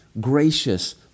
gracious